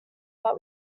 but